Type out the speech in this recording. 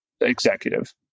executive